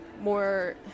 more